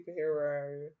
superhero